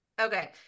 okay